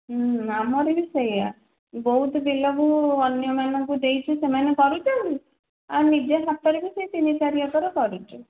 ଆମର ବି ସେଇଆ ବହୁତ୍ ବିଲକୁ ଅନ୍ୟ ମାନଙ୍କୁ ଦେଇଛୁ ସେମାନେ କରୁଛନ୍ତି ଆଉ ନିଜ ହାତରେ ବି ସେଇ ତିନି ଚାରି ଏକର କରୁଛୁ